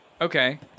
Okay